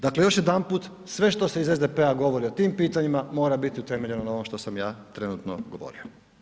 Dakle još jedanput, sve što se iz SDP-a govori o tim pitanja, mora biti utemeljeno na ovom što sam ja trenutno govorio.